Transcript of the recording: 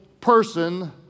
person